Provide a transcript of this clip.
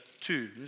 two